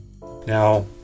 Now